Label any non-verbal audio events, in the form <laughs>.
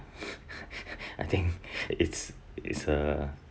<laughs> I think it's it's a